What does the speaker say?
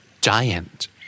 giant